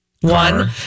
one